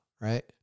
right